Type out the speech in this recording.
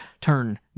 turn